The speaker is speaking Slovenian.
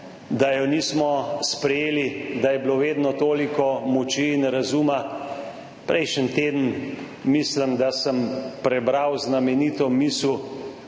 da je nismo sprejeli, da je bilo vedno toliko moči in razuma. Prejšnji teden, mislim da, sem prebral znamenito misel